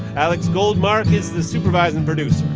alex goldmark is the supervising producer.